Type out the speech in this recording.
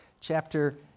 chapter